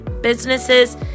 businesses